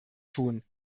tun